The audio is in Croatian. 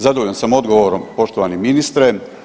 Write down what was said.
Zadovoljan sam odgovorom poštovani ministre.